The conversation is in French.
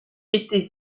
était